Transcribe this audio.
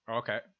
okay